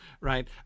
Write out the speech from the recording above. right